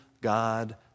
God